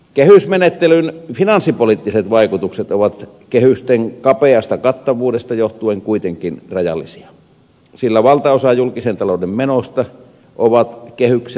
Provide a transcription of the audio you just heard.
kehysmenettelyn finanssipoliittiset vaikutukset ovat kehysten kapeasta kattavuudesta johtuen kuitenkin rajallisia sillä valtaosa julkisen talouden menoista on kehyksen ulkopuolella